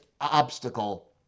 obstacle